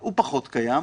הוא פחות קיים.